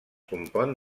compon